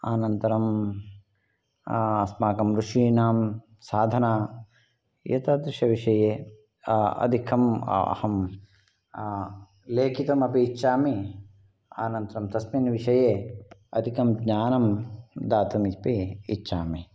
अनन्तरं अस्माकं ऋषीणां साधना एतादृशविषये अधिकं अहं लेखितुमपि इच्छामि अनन्तरं तस्मिन् विषये अधिकं ज्ञानं दातुमपि इच्छामि